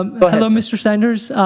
um but hello, mr. saunders.